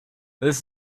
this